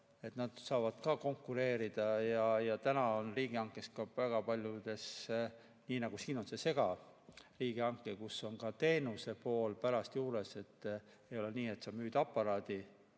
nad saavad ka konkureerida. Nüüd on riigihangetes, väga paljudes nii, nagu siin on segariigihange, kus on ka teenuse pool pärast juures. Ei ole nii, et sa müüd aparaadi